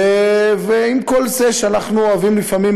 ועם כל זה שאנחנו אוהבים לפעמים,